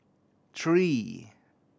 three